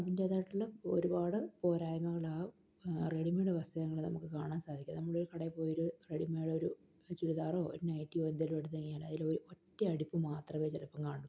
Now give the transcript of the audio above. അതിൻ്റേതായിട്ടുള്ള ഒരുപാട് പോരായ്മകള് ആ റെഡിമേയ്ഡ് വസ്തുങ്ങളില് നമുക്ക് കാണാൻ സാധിക്കും നമ്മളൊരു കടയില് പോയി ഒരു റെഡിമേയ്ഡ് ഒരു ചുരിദാറോ ഒരു നൈറ്റിയോ എന്തെങ്കിലും എടുത്തുകഴിഞ്ഞാല് അതിലൊരുയൊറ്റ അടിപ്പ് മാത്രമേ ചിലപ്പോള് കാണുകയുള്ളൂ